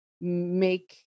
make